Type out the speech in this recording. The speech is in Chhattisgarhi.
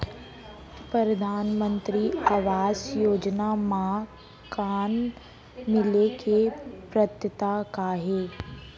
परधानमंतरी आवास योजना मा मकान मिले के पात्रता का हे?